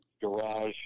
garage